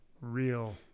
real